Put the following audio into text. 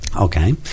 Okay